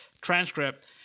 transcript